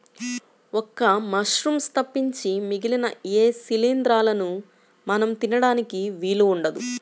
ఒక్క మశ్రూమ్స్ తప్పించి మిగిలిన ఏ శిలీంద్రాలనూ మనం తినడానికి వీలు ఉండదు